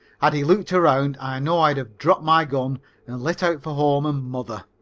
had he looked around i know i'd have dropped my gun and lit out for home and mother.